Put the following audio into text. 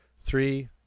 Three